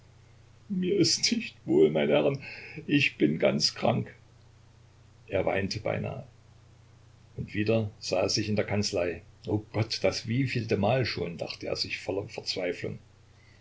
mir ist nicht wohl meine herren ich bin ganz krank er weinte beinahe und wieder sah er sich in der kanzlei o gott das wievieltemal schon dachte er sich voller verzweiflung